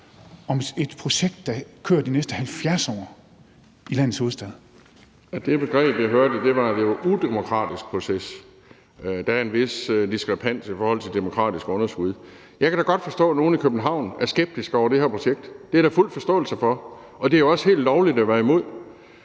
Det begreb, jeg hørte, handlede om, at det var en udemokratisk proces. Der er en vis diskrepans i forhold til begrebet demokratisk underskud. Jeg kan da godt forstå, at nogle i København er skeptiske over for det her projekt. Det har jeg da fuld forståelse for, og det er jo også helt lovligt at være imod.